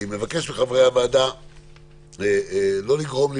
אני מבקש מחברי הוועדה לא לגרום לי